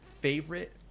favorite